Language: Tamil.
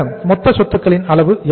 மொத்த சொத்துக்களின் அளவு எவ்வளவு